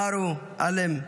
מארו אלם,